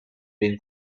been